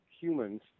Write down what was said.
humans